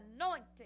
anointing